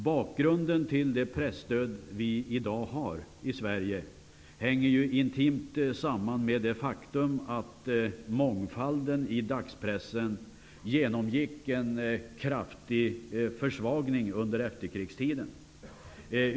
Bakgrunden till det presstöd som vi i dag har i Sverige hänger intimt samman med det faktum att mångfalden i dagspressen genomgick en kraftig försvagning under efterkrigstiden.